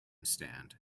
stand